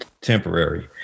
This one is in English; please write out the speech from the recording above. temporary